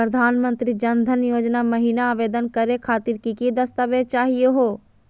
प्रधानमंत्री जन धन योजना महिना आवेदन करे खातीर कि कि दस्तावेज चाहीयो हो?